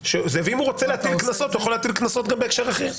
ואם הוא רוצה להטיל קנסות הוא יכול להטיל קנסות גם בהקשר אחר.